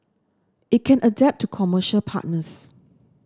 it can adapt to commercial partners